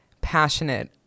passionate